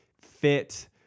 fit